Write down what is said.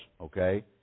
okay